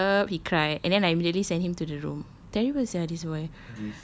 yup he cry and then I immediately sent him to the room terrible sia this boy